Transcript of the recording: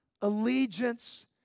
allegiance